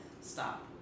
stop